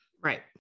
right